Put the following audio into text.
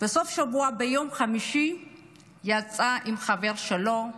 בסוף שבוע ביום חמישי הוא יצא עם החבר שלו אושרי.